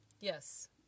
Yes